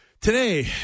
today